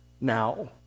now